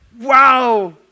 wow